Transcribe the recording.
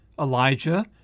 Elijah